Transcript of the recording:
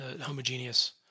homogeneous